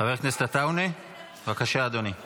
חבר הכנסת עטאונה, בבקשה, אדוני.